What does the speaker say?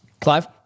Clive